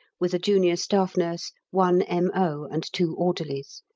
with a junior staff nurse, one m o, and two orderlies.